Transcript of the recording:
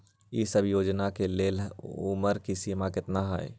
ई सब योजना के लेल उमर के सीमा केतना हई?